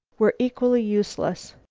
were equally useless.